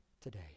today